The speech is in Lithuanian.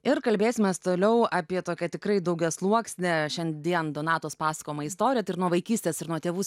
ir kalbėsimės toliau apie tokią tikrai daugiasluoksnę šiandien donatos pasakojamą istoriją ir nuo vaikystės ir nuo tėvų